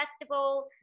Festival